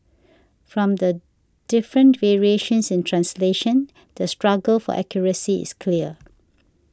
from the different variations in translation the struggle for accuracy is clear